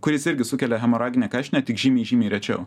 kuris irgi sukelia hemoraginę karštinę tik žymiai žymiai rečiau